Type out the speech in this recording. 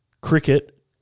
cricket